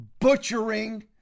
butchering